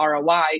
ROI